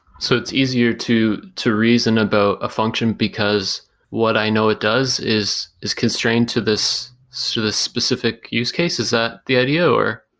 so it's easier to to reason about a function because what i know it does is is constraint to this so specific use case. is that the idea or?